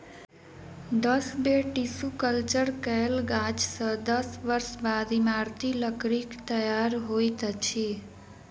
दस बेर tissue culture कयल गाछ सॅ दस वर्ष बाद इमारती लकड़ीक तैयार होइत अछि